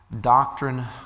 doctrine